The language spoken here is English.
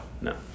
No